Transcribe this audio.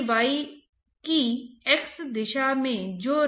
इसलिए हम इस पाठ्यक्रम में कम्प्रेशन द्रवों पर विचार नहीं करेंगे